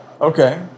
Okay